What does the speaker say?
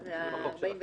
זה בחוק שלכם.